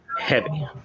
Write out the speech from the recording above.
heavy